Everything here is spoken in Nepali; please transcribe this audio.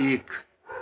एक